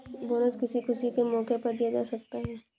bonus किसी खुशी के मौके पर दिया जा सकता है